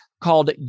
called